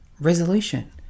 resolution